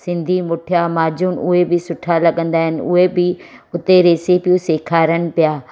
सिंधी मुठिया माजून उहे बि सुठा लॻंदा आहिनि उहे बि उते रेसीपियूं सेखारनि पिया